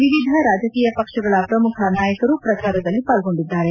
ವಿವಿಧ ರಾಜಕೀಯ ಪಕ್ಷಗಳ ಪ್ರಮುಖ ನಾಯಕರು ಪ್ರಚಾರದಲ್ಲಿ ಪಾಲ್ಗೊಂಡಿದ್ದಾರೆ